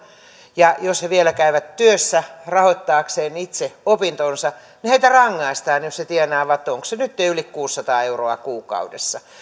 ja jos he vielä käyvät työssä rahoittaakseen itse opintonsa niin heitä rangaistaan jos he tienaavat onko se nyt yli kuusisataa euroa kuukaudessa